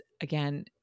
again